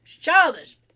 childish